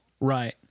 Right